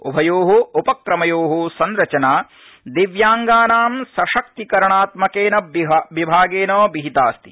उभयोः उपक्रमयोः संरचना दिव्यांगानां सशक्तिकरणात्मकेन विभागेन विहितास्ति